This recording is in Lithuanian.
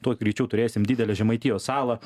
tuo greičiau turėsim didelę žemaitijos salą